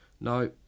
Now